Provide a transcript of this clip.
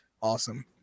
awesome